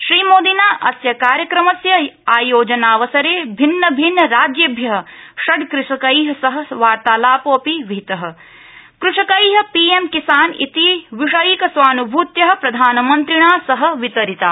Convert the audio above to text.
श्रीमोदिना कार्यक्रमस्यास्य आयोजनावसरे भिन्न भिन्न राज्येभ्य षड्कृषकै सह वार्तालापोऽपि विहित कृषकै पीएम किसान इति विषयिक स्वान्भूत्य प्रधानमन्त्रिणा सह वितरिता